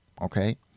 okay